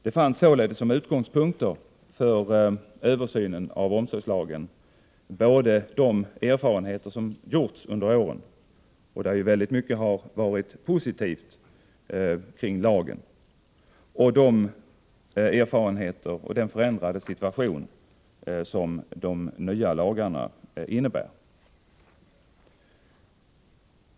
Det fanns således som utgångspunkter för en översyn av omsorgslagen både de erfarenheter som gjorts under åren, där ju väldigt mycket kring lagen varit positivt, och den förändrade situation som de nya lagarna fört med sig.